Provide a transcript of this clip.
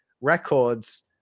records